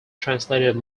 translated